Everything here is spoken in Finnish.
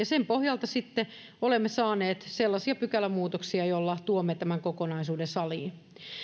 sen pohjalta sitten olemme saaneet sellaisia pykälämuutoksia jolla tuomme tämän kokonaisuuden saliin